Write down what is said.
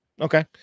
Okay